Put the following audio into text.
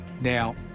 Now